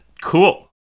Cool